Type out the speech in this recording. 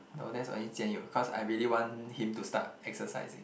no that's only Jian-Yong cause I really want him to start exercising